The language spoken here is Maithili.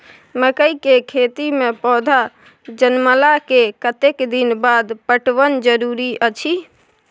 मकई के खेती मे पौधा जनमला के कतेक दिन बाद पटवन जरूरी अछि?